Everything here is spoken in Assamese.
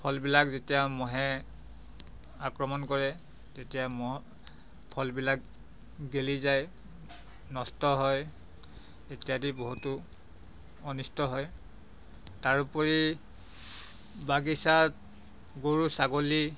ফলবিলাক যেতিয়া মহে আক্ৰমণ কৰে তেতিয়া মহ ফলবিলাক গেলি যায় নষ্ট হয় ইত্যাদি বহুতো অনিষ্ট হয় তাৰোপৰি বাগিচাত গৰু ছাগলী